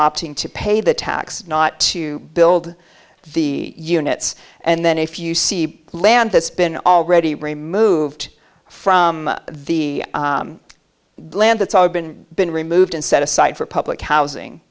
opting to pay the tax not to build the units and then if you see land that's been already removed from the land that's all been been removed and set aside for public housing